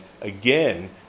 again